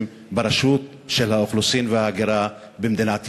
ברשות האוכלוסין וההגירה במדינת ישראל?